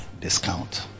discount